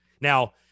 Now